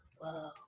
whoa